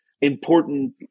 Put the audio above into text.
important